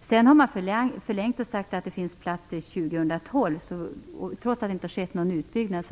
Senare har man sagt att det finns plats till år 2012, trots att det inte skett någon utbyggnad.